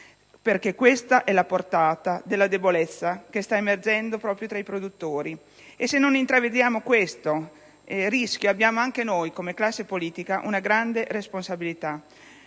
perché questa è la portata della debolezza che sta emergendo tra i produttori. Se non intravediamo questo rischio abbiamo anche noi, come classe politica, una grande responsabilità.